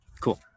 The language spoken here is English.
cool